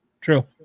True